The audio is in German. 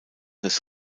des